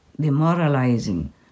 demoralizing